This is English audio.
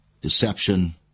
deception